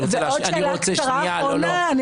אני רוצה --- עוד שאלה קצרה אחרונה.